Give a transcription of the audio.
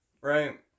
right